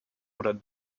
oder